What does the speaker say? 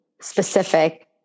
specific